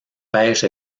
pêche